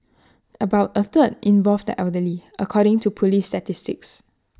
about A third involved the elderly according to Police statistics